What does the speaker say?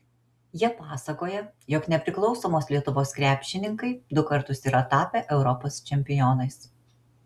jie pasakoja jog nepriklausomos lietuvos krepšininkai du kartus yra tapę europos čempionais